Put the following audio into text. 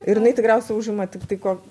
ir jinai tikriausiai užima tiktai ko